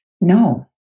no